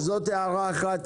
זאת הערה אחת.